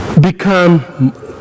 become